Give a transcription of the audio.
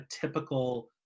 typical